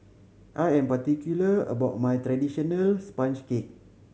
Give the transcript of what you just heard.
I am particular about my traditional sponge cake